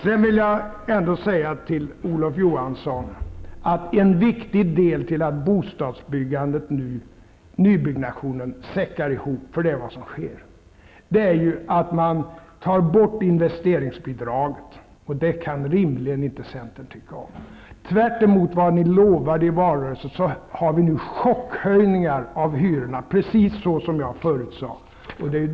Sedan vill jag ändå säga till Olof Johansson att en viktig orsak till att bostadsbyggandet i nyproduktion säckar ihop, för det är vad som sker, är att man tar bort investeringsbidraget. Det kan rimligen inte centern tycka om. Tvärtemot vad ni lovade i valrörelsen sker nu chockhöjningar av hyrorna, precis som jag förutsade.